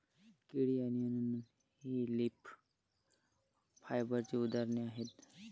केळी आणि अननस ही लीफ फायबरची उदाहरणे आहेत